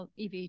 EV